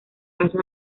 caza